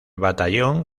batallón